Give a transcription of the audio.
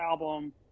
album